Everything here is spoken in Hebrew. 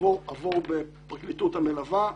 עבור בפרקליטות המלווה,